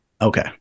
okay